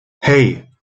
hey